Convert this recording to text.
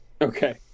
Okay